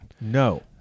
No